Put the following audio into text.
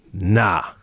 Nah